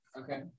okay